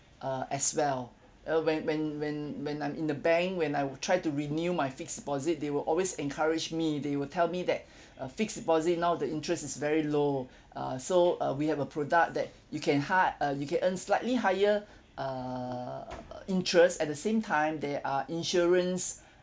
uh as well uh when when when when I'm in the bank when I will try to renew my fixed deposit they will always encourage me they will tell me that uh fixed deposit now the interest is very low uh so uh we have a product that you can hi~ uh you can earn slightly higher err interest at the same time there are insurance